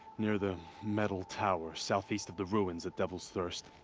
near the. metal tower, southeast of the ruins at devil's thirst.